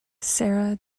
sara